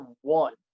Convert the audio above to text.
one